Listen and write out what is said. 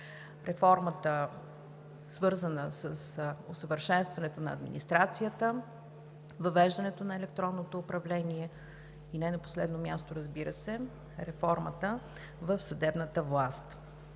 реформата, свързана с усъвършенстването на администрацията, въвеждането на електронното управление и, разбира се, не на последно място реформата в съдебната власт.